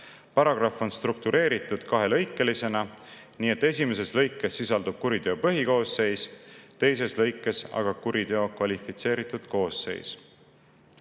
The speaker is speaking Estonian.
Paragrahv on struktureeritud kahelõikelisena: esimeses lõikes sisaldub kuriteo põhikoosseis, teises lõikes aga kuriteo kvalifitseeritud koosseis. Lisada